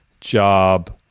job